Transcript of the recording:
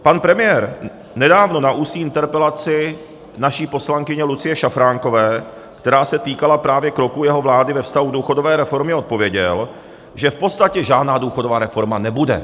Pan premiér nedávno na ústní interpelaci naší poslankyně Lucie Šafránkové, která se týkala právě kroků jeho vlády ve vztahu k důchodové reformě, odpověděl, že v podstatě žádná důchodová reforma nebude.